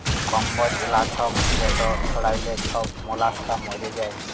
কম্বজ লাছক যেট ছড়াইলে ছব মলাস্কা মইরে যায়